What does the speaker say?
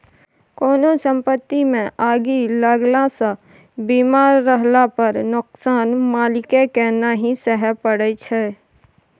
कोनो संपत्तिमे आगि लगलासँ बीमा रहला पर नोकसान मालिककेँ नहि सहय परय छै